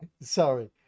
sorry